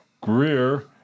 Greer